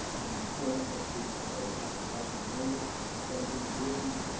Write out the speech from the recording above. and the cornice of the i'm sorry, the cap of the washington monument seventeen degrees.